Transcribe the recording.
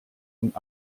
und